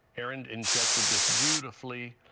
erin injected this beautifully.